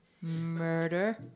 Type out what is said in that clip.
Murder